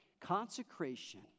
Consecration